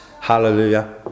hallelujah